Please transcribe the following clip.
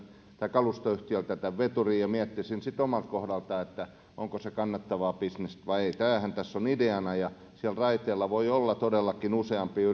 kalustoyhtiöltä veturin ja miettisin sitten omalta kohdalta onko se kannattavaa bisnestä vai ei tämähän tässä on ideana ja siellä raiteilla voi olla todellakin useampia